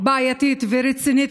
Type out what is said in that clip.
בעייתית ורצינית,